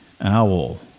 Owl